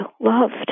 loved